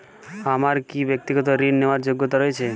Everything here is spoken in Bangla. আমার কী ব্যাক্তিগত ঋণ নেওয়ার যোগ্যতা রয়েছে?